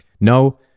No